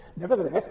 nevertheless